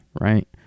right